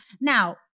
Now